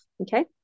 okay